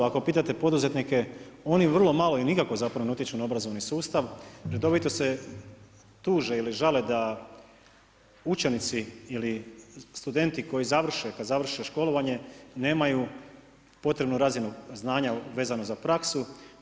Ako pitate poduzetnike, oni vrlo malo ili nikako zapravo ne utječu na obrazovani sustav, redovito se tuže ili žale da učenici ili studenti koji završe, kad završe školovanje nemaju potrebnu razinu znanja vezano za praksu.